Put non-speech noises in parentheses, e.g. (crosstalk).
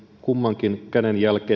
kummankin kädenjälki (unintelligible)